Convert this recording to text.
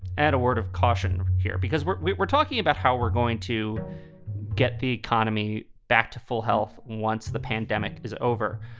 add a word of caution here, because we're we're talking about how we're going to get the economy back to full health once the pandemic is over.